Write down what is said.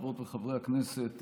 חברות וחברי הכנסת,